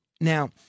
Now